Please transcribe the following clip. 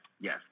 yes